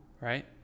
Right